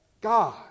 God